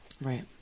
Right